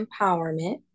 empowerment